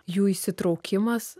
jų įsitraukimas